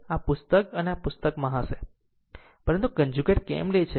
આ પુસ્તક અને અન્ય વસ્તુમાં મળશે પરંતુ કન્જુગેટ કેમ લે છે